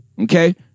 Okay